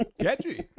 Catchy